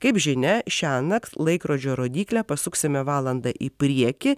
kaip žinia šiąnakt laikrodžio rodyklė pasuksime valanda į priekį